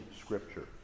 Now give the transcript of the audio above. Scripture